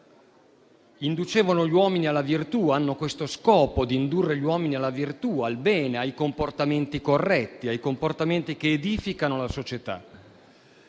inducevano gli uomini alla virtù, che hanno proprio questo scopo, di indurre gli uomini alla virtù, al bene, ai comportamenti corretti, ai comportamenti che edificano la società.